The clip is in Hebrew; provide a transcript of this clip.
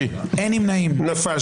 אושרה נפל.